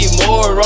more